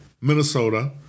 Minnesota